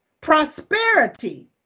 Prosperity